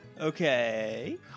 Okay